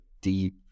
deep